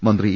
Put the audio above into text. മന്ത്രി ഇ